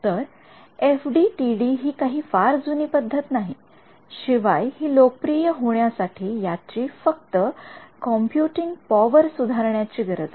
तर एफडीटीडी हि काही फार जुनी पद्धत नाही शिवाय हि लोकप्रिय होण्यासाठी याची फक्त कॉम्पुटिंग पॉवर सुधारण्याची गरज आहे